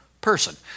person